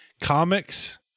comics